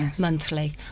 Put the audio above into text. monthly